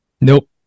Nope